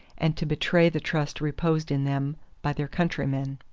and to betray the trust reposed in them by their countrymen.